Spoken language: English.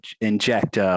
inject